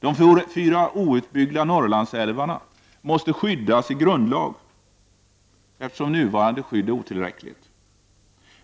De fyra outbyggda Norrlandsälvarna måste skyddas i grundlag, eftersom nuvarande skydd är otillräckligt.